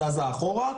זזה אחורה,